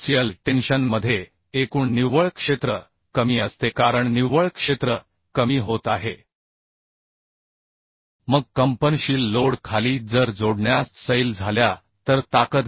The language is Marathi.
एक्सियल टेन्शन मधे एकूण निव्वळ क्षेत्र कमी असते कारण निव्वळ क्षेत्र कमी होत आहे मग कंपनशील लोड खाली जर जोडण्या सैल झाल्या तर ताकद कमी होते